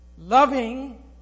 loving